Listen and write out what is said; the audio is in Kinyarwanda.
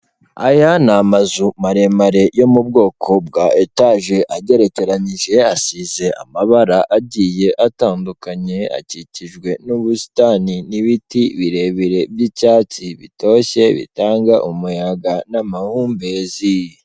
Aya ni amazu maremare yo mu bwoko bwa etaje agerekeranyije, asize amabara agiye atandukanye, akikijwe n'ubusitani n'ibiti birebire by'icyatsi bitoshye bitanga umuyaga n'amahumbezi.